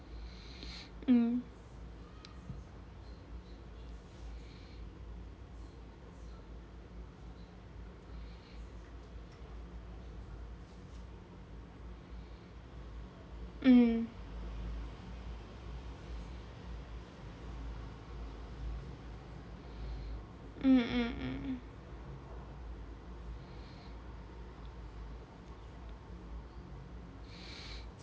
mm mm mm